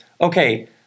Okay